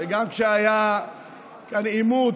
שגם כשהיה כאן עימות,